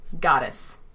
goddess